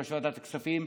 יושב-ראש ועדת הכספים,